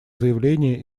заявление